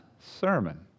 sermon